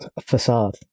facade